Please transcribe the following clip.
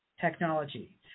technology